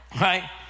right